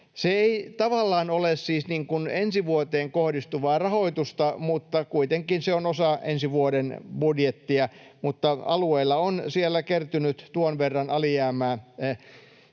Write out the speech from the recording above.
Se ei tavallaan ole siis ensi vuoteen kohdistuvaa rahoitusta, mutta kuitenkin se on osa ensi vuoden budjettia. Alueilla on kertynyt tuon verran alijäämää